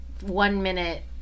one-minute